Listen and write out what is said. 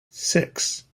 six